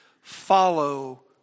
Follow